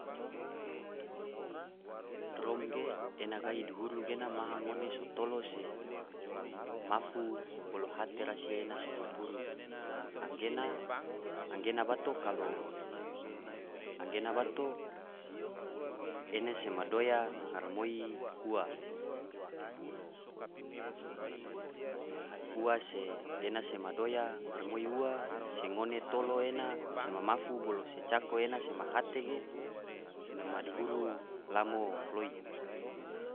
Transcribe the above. Drom ge ena gahi duhuru gena maha ngone so tolo se mafu bolo hate rasi ena sema duhuru, gena bato ene sema doya ngaramoi ua, ua se ena sema doya ngaramoi ua se ngone tolo ena sama mafu bolo se cako ena sema hate ge ena madihuru lamo foloi.